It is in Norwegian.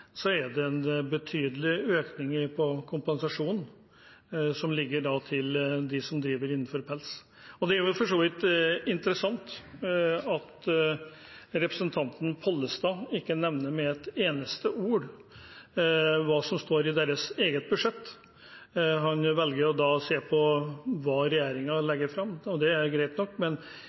så vidt interessant at representanten Pollestad ikke nevner med et eneste ord hva som står i Senterpartiets eget budsjett. Han velger å se på hva regjeringen legger fram, og det er greit nok,